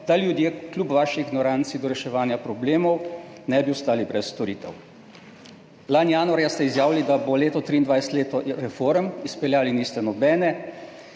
da ljudje kljub vaši ignoranci do reševanja problemov ne bi ostali brez storitev. Lani januarja ste izjavili, da bo leto 2023 leto reform, izpeljali niste nobene.